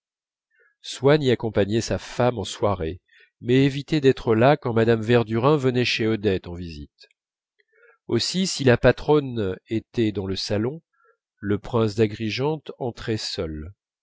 y accompagnait sa femme en soirée mais évitait d'être là quand mme verdurin venait chez odette en visite ainsi si la patronne était dans le salon le prince d'agrigente entrait seul